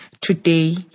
today